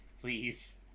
please